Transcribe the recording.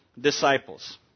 Disciples